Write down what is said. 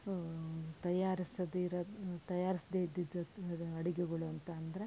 ತಯಾರಿಸದಿರೋದು ತಯಾರಿಸದೇ ಇದ್ದಿದ್ದು ಅಡುಗೆಗಳು ಅಂತಂದರೆ